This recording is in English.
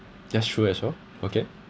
that's true as well okay